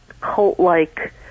cult-like